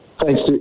Thanks